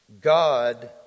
God